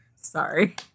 sorry